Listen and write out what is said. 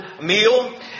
meal